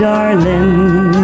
Darling